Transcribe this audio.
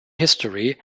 history